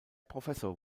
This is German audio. professor